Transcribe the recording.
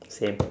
same